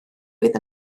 fydd